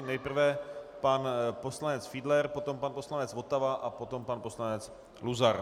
Nejprve pan poslanec Fiedler, potom pan poslanec Votava a potom pan poslanec Luzar.